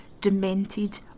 demented